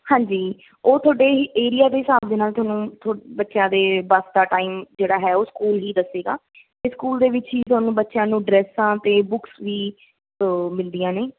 ਹਾਂਜੀ ਉਹ ਤੁਹਾਡੇ ਏਰੀਆ ਦੇ ਹਿਸਾਬ ਦੇ ਨਾਲ ਤੁਹਾਨੂੰ ਥੋ ਬੱਚਿਆਂ ਦੇ ਬੱਸ ਦਾ ਟਾਈਮ ਜਿਹੜਾ ਹੈ ਉਹ ਸਕੂਲ ਹੀ ਦੱਸੇਗਾ ਅਤੇ ਸਕੂਲ ਦੇ ਵਿੱਚ ਹੀ ਤੁਹਾਨੂੰ ਬੱਚਿਆਂ ਨੂੰ ਡਰੈਸਾਂ ਅਤੇ ਬੁੱਕਸ ਵੀ ਮਿਲਦੀਆਂ ਨੇ